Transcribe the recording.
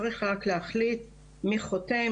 צריך רק להחליט מי חותם,